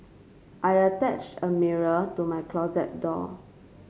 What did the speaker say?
I attached a mirror to my closet door